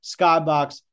Skybox